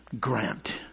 grant